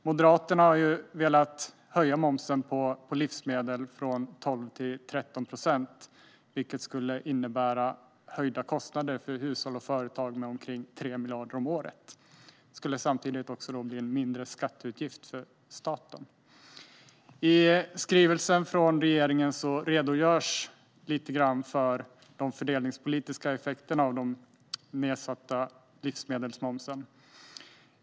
Moderaterna har velat höja momsen på livsmedel från 12 till 13 procent, vilket skulle innebära höjda kostnader för hushåll och företag med omkring 3 miljarder om året. Det skulle samtidigt bli en mindre skatteutgift för staten. I regeringens skrivelse redogörs lite grann för de fördelningspolitiska effekterna av den nedsatta livsmedelsmomsen.